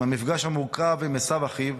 מהמפגש המורכב עם עשו אחיו,